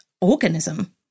organism